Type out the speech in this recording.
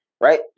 right